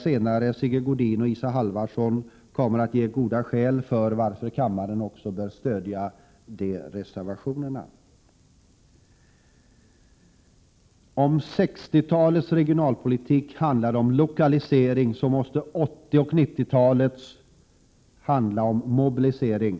Sigge Godin och Isa Halvarsson kommer senare i denna debatt att anföra de goda skäl som finns för kammaren att stödja dessa reservationer. Om 60-talets regionalpolitik handlar om lokalisering, måste 80 och 90-talets regionalpolitik handla om mobilisering.